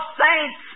saints